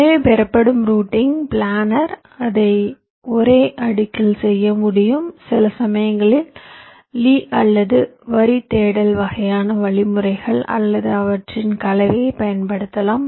எனவே பெறப்படும் routing planner அதை ஒரே அடுக்கில் செய்ய முடியும் சில சமயங்களில் லீ Lees அல்லது வரி தேடல் வகையான வழிமுறைகள் அல்லது அவற்றின் கலவையைப் பயன்படுத்தலாம்